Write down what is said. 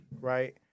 right